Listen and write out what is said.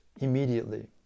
immediately